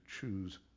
choose